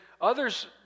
Others